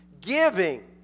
giving